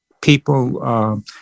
people